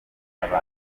ari